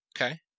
Okay